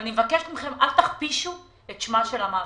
אני מבקשת מכם, אל תכפישו את שמה של המאפייה.